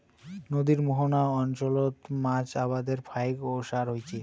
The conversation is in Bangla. নদীর মোহনা অঞ্চলত মাছ আবাদের ফাইক ওসার হইচে